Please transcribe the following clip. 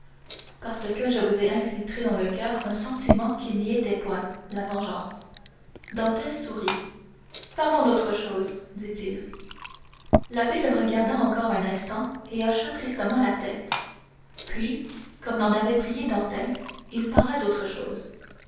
parce que je vous ai infiltré dans le coeur un sentiment qui n'y était point la vengeance dantès sourit parlons d'autre chose dit-il l'abbé le regarda encore un instant et hocha tristement la tête puis comme l'en avait prié dantès il parla d'autre chose